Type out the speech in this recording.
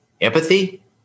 Empathy